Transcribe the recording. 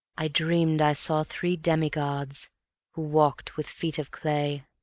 i dreamed i saw three demi-gods who walked with feet of clay,